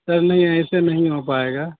سر نہیں ایسے نہیں ہو پائے گا